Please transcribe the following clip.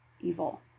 evil